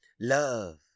Love